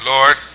Lord